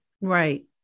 Right